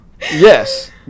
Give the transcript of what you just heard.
Yes